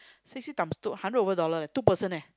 sixty times two hundred over dollar leh two person leh